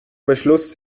beschluss